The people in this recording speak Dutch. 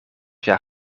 jaar